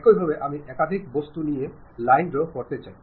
একইভাবে আমি একাধিক বস্তু নিয়ে লাইন ড্রও করতে চাই